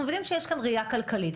אנחנו מבינים שיש כאן ראייה כלכלית,